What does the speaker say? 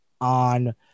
on